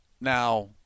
Now